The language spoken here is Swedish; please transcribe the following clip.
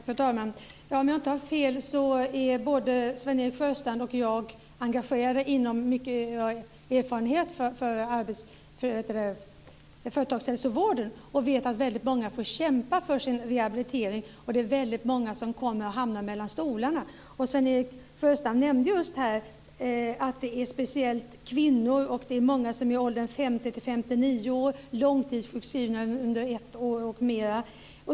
Fru talman! Om jag inte har fel är både Sven-Erik Sjöstrand och jag engagerade inom och har mycket erfarenhet av företagshälsovården. Vi vet att väldigt många får kämpa för sin rehabilitering och att väldigt många hamnar mellan stolarna. Sven-Erik Sjöstrand nämnde just här att det är speciellt kvinnor, många i åldern 50-59 år, långtidssjukskrivna under ett år och mera.